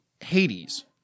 Hades